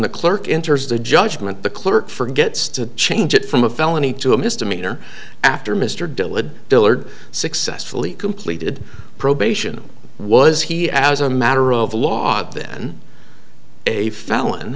the clerk enters the judgment the clerk forgets to change it from a felony to a misdemeanor after mr dillard dillard successfully completed probation was he as a matter of law then a felon